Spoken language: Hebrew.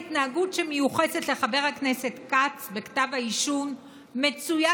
ההתנהגות שמיוחסת לחבר הכנסת כץ בכתב האישום מצויה,